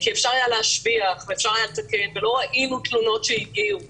דיבר עו"ד הרב יעקובי על הקושי שיש במתן דיווח כפי שהחוק יחייב עכשיו.